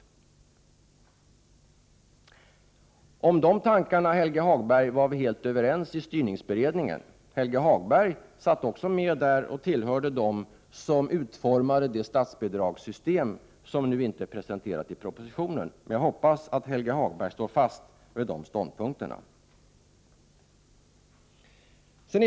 I det avseendet, Helge Hagberg, var vi helt överens i styrningsberedningen. Helge Hagberg satt med där och var med vid utformningen av det statsbidragssystem som inte presenterats i propositionen. Men jag hoppas att Helge Hagberg står fast vid de tidigare ståndpunkterna.